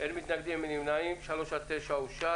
5 נגד, אין נמנעים, אין פסקות (3) עד (9) אושרו.